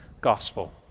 gospel